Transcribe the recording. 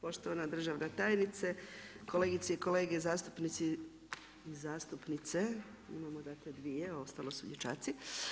Poštovana državna tajnice, kolegice i kolege zastupnici i zastupnice, imamo dakle dvije, ostalo su dječaci.